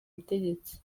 butegetsi